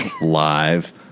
live